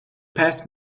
passed